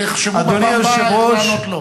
תחשבו בפעם הבאה איך לענות לו.